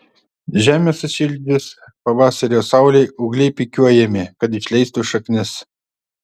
žemę sušildžius pavasario saulei ūgliai pikiuojami kad išleistų šaknis